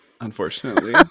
Unfortunately